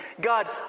God